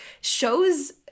shows